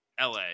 LA